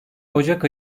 ocak